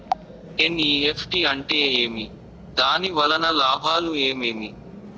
NEFT అంటే ఏమి? దాని వలన లాభాలు ఏమేమి